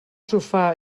sofà